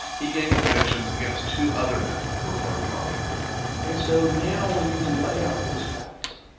he gained convictions against two other men who were part of the bombing and so now, when you can lay out those facts,